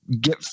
Get